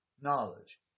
knowledge